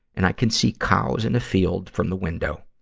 and i can see cows in the field from the window.